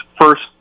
first